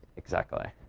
exactly.